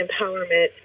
empowerment